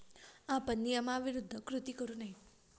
आपण नियमाविरुद्ध कृती करू नये